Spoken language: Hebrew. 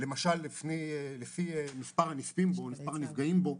למשל לפי מספר הנפגעים בו.